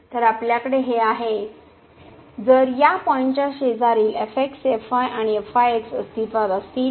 तर आपल्याकडे हे आहे जर या पॉईंटच्या शेजारील आणि अस्तित्वात असतील